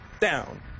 down